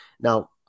Now